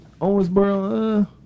Owensboro